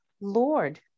Lord